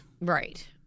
Right